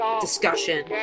discussion